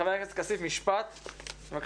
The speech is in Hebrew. חבר הכנסת כסיף, משפט בבקשה.